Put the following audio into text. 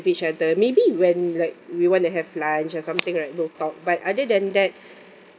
each other maybe when like we want to have lunch or something right we'll talk but other than that